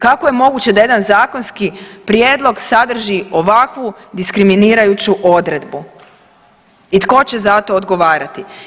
Kako je moguće da jedan zakonski prijedlog sadrži ovakvu diskriminirajuću odredbu i tko će za to odgovarati?